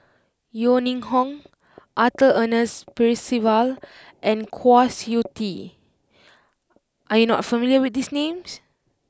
Yeo Ning Hong Arthur Ernest Percival and Kwa Siew Tee are you not familiar with these names